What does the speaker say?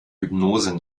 hypnose